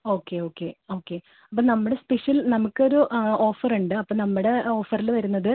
okay okay okay അപ്പം നമ്മുടെ special നമുക്കൊരു ഓഫർ ഉണ്ട് അപ്പം നമ്മുടെ ഓഫറിൽ വരുന്നത്